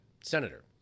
Senator